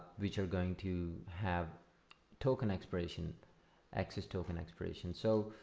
which are going to have token expiration access token expiration. so,